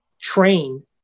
train